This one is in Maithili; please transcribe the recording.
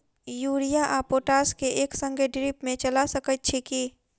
यूरिया आ पोटाश केँ एक संगे ड्रिप मे चला सकैत छी की?